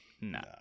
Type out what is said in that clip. No